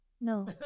no